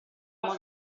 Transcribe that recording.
modo